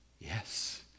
yes